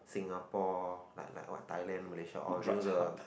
Singapore like like what Thailand Malaysia all because the